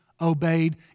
obeyed